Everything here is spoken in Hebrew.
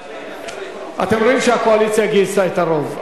אתם רואים שהקואליציה גייסה את הרוב,